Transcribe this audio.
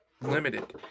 limited